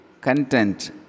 content